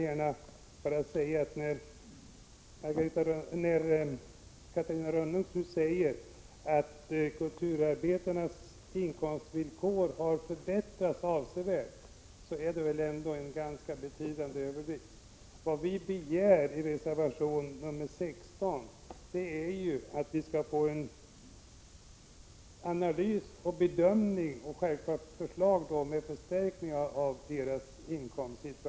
När Catarina Rönnung nu säger att kulturarbetarnas inkomstvillkor har förbättrats avsevärt, är det väl ändå en ganska betydande överdrift. Vad vi begär i reservation nr 16 är att det skall göras en analys och en bedömning, så att vi får ett förslag om förstärkning av kulturarbetarnas inkomstsituation.